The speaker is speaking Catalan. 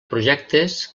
projectes